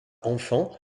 enfant